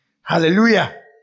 hallelujah